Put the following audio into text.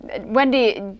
Wendy